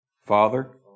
Father